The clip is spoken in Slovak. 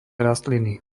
rastliny